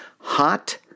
Hot